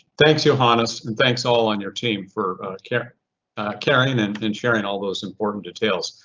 thanks, johannes and thanks all on your team for caring caring and and and sharing all those important details.